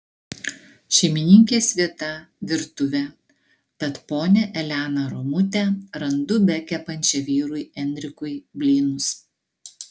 šeimininkės vieta virtuvė tad ponią eleną romutę randu bekepančią vyrui enrikui blynus